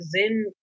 Zen